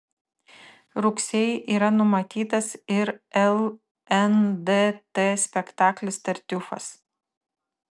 rugsėjį yra numatytas ir lndt spektaklis tartiufas